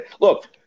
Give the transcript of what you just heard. look